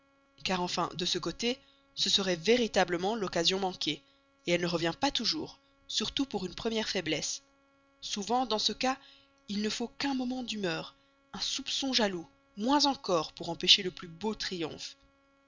car enfin de ce côté ce serait véritablement l'occasion manquée elle ne revient pas toujours surtout pour une première faiblesse souvent dans ce cas il ne faut qu'un moment d'humeur un soupçon jaloux moins encore pour empêcher le plus beau triomphe